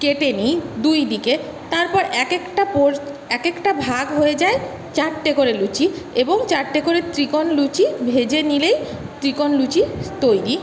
কেটে নিই দুই দিকে তারপর এক একটা পোর এক একটা ভাগ হয়ে যায় চারটে করে লুচি এবং চারটে করে ত্রিকোণ লুচি ভেজে নিলেই ত্রিকোণ লুচি তৈরি